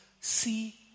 see